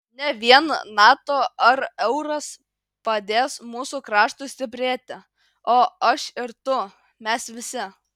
ne vien nato ar euras padės mūsų kraštui stiprėti o aš ir tu mes visi